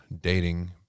dating